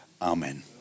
Amen